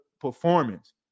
performance